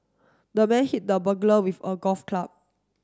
the man hit the burglar with a golf club